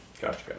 Gotcha